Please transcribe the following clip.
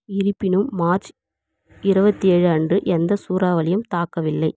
இருப்பினும் மார்ச் இருபத்தி ஏழு அன்று எந்த சூறாவளியும் தாக்கவில்லை